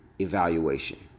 evaluation